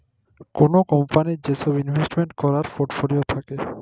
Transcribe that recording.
call কম্পলির যে সব ইলভেস্টমেন্ট ক্যরের পর্টফোলিও থাক্যে